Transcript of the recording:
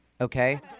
okay